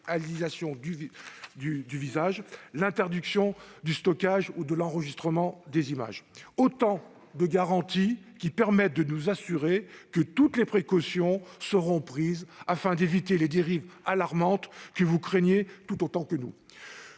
visualisation du visage ; enfin, l'interdiction du stockage ou de l'enregistrement des images. Autant de garanties grâce auxquelles nous nous assurons que toutes les précautions seront prises afin d'éviter les dérives alarmantes que vous craignez tout autant que nous.